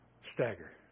stagger